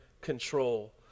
control